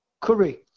Curry